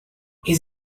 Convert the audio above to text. his